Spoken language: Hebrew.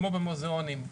כמו במוזיאונים,